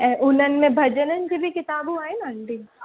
ऐं उन्हनि में भॼननि जूं बि किताबूं आहिनि आंटी